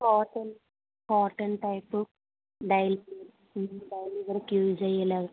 cotton cotton type daily daily వేర్కి use అయ్యేలాగా